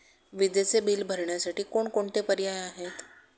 विजेचे बिल भरण्यासाठी कोणकोणते पर्याय आहेत?